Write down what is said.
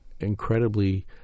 incredibly